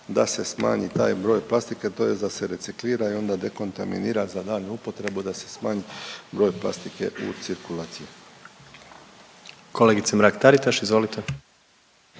da se smanji taj broj plastike tj. da se reciklira i onda dekontaminira za daljnju upotrebu, da se smanji broj plastike u cirkulaciji. **Jandroković, Gordan